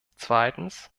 zweitens